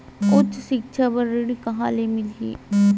उच्च सिक्छा बर ऋण कहां ले मिलही?